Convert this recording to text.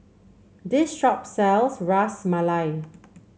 this shop sells Ras Malai